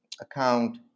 account